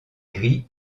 gris